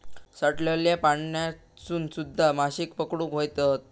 साठलल्या पाण्यातसून सुध्दा माशे पकडुक येतत